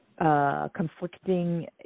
Conflicting